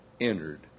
entered